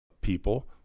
people